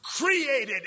created